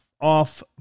off